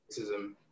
racism